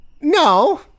No